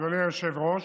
אדוני היושב-ראש,